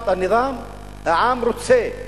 העם רוצה להפיל את השלטון.) העם רוצה,